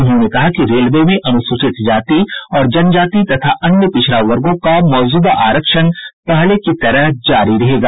उन्होंने कहा कि रेलवे में अनुसूचित जाति और जनजाति तथा अन्य पिछड़ा वर्गो का मौजूदा आरक्षण पहले की तरह जारी रहेगा